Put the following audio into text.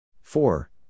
Four